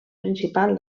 principal